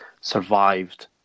survived